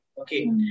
Okay